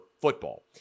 football